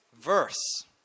verse